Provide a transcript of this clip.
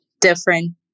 different